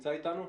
נמצא אתנו?